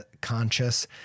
conscious